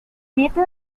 nieta